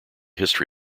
history